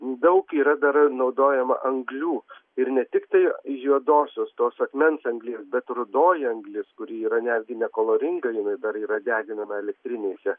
daug yra dar naudojama anglių ir ne tiktai juodosios tos akmens anglies bet rudoji anglis kuri yra netgi nekoloringa jinai dar yra deginama elektrinėse